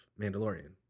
Mandalorian